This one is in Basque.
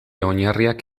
oinarriak